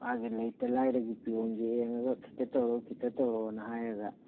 ꯃꯥꯒꯤ ꯂꯩꯇ ꯂꯥꯏꯔꯒꯤ ꯄꯤꯌꯣꯟ ꯌꯦꯡꯉꯒ ꯈꯤꯇ ꯇꯧꯔꯛꯑꯣ ꯈꯤꯇ ꯇꯧꯔꯛꯑꯣꯅ ꯍꯥꯏꯔꯒ